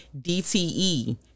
DTE